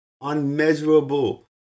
unmeasurable